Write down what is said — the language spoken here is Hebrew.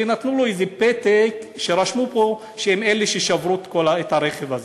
שנתנו לו איזה פתק שרשמו בו שהם אלה ששברו את הרכב הזה.